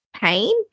pain